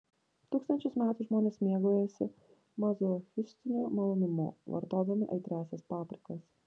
tūkstančius metų žmonės mėgaujasi mazochistiniu malonumu vartodami aitriąsias paprikas